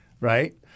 right